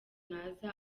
naza